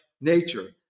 nature